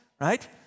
right